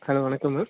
hello வணக்கங்க